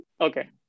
okay